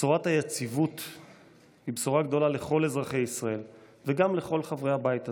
בשורת היציבות היא בשורה גדולה לכל אזרחי ישראל וגם לכל חברי הבית הזה.